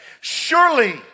Surely